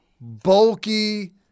bulky